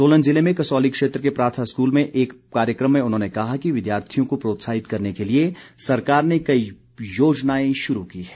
सोलन जिले में कसौली क्षेत्र के प्राथा स्कूल में एक कार्यक्रम में उन्होंने कहा कि विद्यार्थियों को प्रोत्साहित करने के लिए सरकार ने कई योजनाएं शुरू की हैं